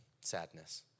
sadness